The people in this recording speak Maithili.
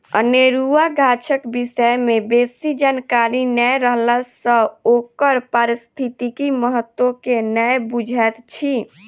अनेरुआ गाछक विषय मे बेसी जानकारी नै रहला सँ ओकर पारिस्थितिक महत्व के नै बुझैत छी